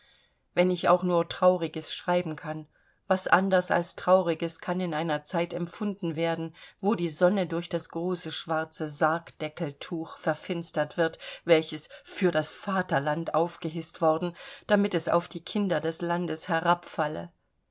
wenn ich auch nur trauriges schreiben kann was anders als trauriges kann in einer zeit empfunden werden wo die sonne durch das große schwarze sargdeckeltuch verfinstert wird welches für das vaterland aufgehißt worden damit es auf die kinder des landes